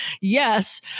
yes